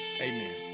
Amen